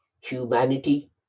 humanity